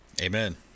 amen